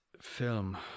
film